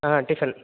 tiffin